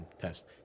test